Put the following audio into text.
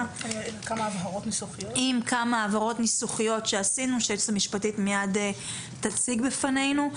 עם כמה הבהרות ניסוחיות שעשינו שהיועצת המשפטית מיד תציג בפנינו.